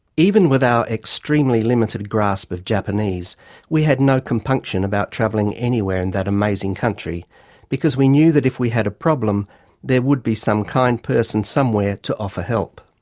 even with our extremely limited grasp of japanese we had no compunction about travelling anywhere in that amazing country because we knew that if we had a problem there would be some kind person somewhere to offer help.